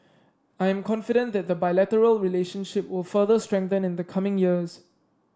I am confident that the bilateral relationship will further strengthen in the coming years